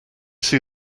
see